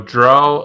Draw